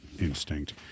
instinct